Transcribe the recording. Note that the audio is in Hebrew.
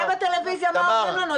תראה בטלוויזיה מה אומרים לנו,